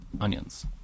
onions